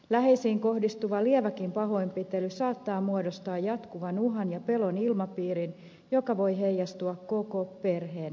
läheisiin kohdistuva lieväkin pahoinpitely saattaa muodostaa jatkuvan uhan ja pelon ilmapiirin joka voi heijastua koko perheen elämään